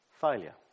failure